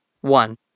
One